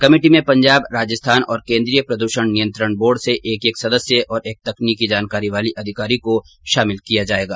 committee में पंजाब राजस्थान और केंद्रीय प्रदूषण नियंत्रण बोर्ड से एक एक सदस्य और एक तकनीकी जानकारी वाले अधिकारी को शामिल किया जाएगा